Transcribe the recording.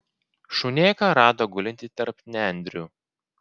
šunėką rado gulintį tarp nendrių